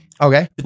okay